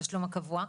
התשלום הקבוע,